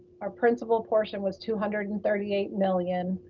our principle portion was two hundred and thirty eight million.